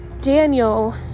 Daniel